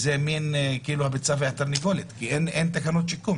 זו כמו דילמת הביצה והתרנגולת כי אין תקנות שיקום.